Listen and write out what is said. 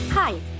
Hi